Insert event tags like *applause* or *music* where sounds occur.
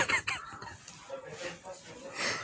*laughs*